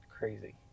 crazy